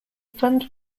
fund